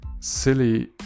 Silly